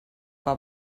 que